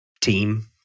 team